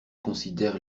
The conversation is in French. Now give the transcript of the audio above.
considère